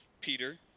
Peter